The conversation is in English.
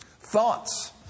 Thoughts